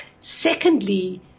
Secondly